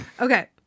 okay